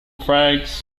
francs